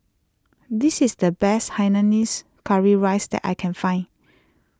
this is the best Hainanese Curry Rice that I can find